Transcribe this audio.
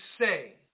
say